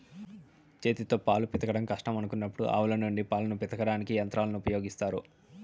చేతితో పాలు పితకడం కష్టం అనుకున్నప్పుడు ఆవుల నుండి పాలను పితకడానికి యంత్రాలను ఉపయోగిత్తారు